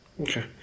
Okay